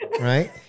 right